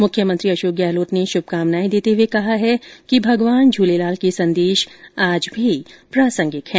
मुख्यमंत्री अशोक गहलोत ने शुभकामनाए देते हुये कहा है कि भगवान झूलेलाल के संदेश आज भी प्रासंगिक हैं